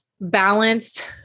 balanced